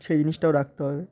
সেই জিনিসটাও রাখতে হবে